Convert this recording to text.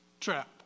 trap